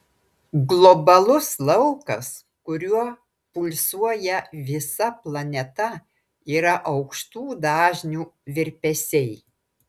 globalus laukas kuriuo pulsuoja visa planeta yra aukštų dažnių virpesiai